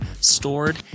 stored